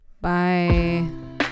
bye